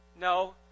No